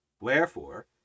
Wherefore